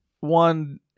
one